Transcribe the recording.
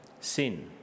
sin